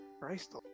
Christ